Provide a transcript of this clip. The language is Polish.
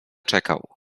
czekał